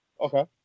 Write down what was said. Okay